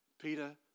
Peter